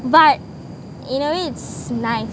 but in a way it's nice